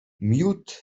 miód